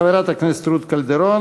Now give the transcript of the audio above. חברת הכנסת רות קלדרון.